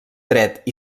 dret